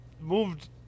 moved